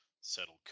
settle